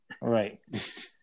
right